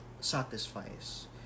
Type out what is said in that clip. satisfies